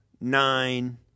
nine